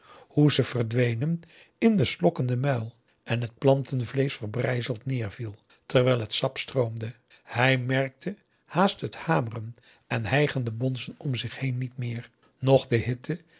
hoe ze verdwenen in den slokkenden muil en het planten vleesch verbrijzeld neerviel terwijl het sap stroomde hij merkte haast het hameren en hijgende bonzen om zich heen niet meer noch de hitte